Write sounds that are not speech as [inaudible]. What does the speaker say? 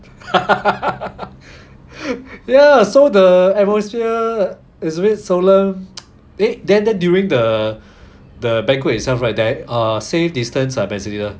[laughs] ya so the atmosphere is a bit solemn [noise] eh then during the the banquet itself right there's safe distance ambassador